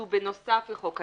שהוא בנוסף לחוק הנפט.